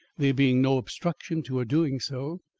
there being no obstruction to her doing so.